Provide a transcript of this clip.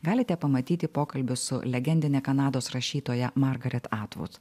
galite pamatyti pokalbių su legendine kanados rašytoja margaret atvut